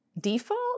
default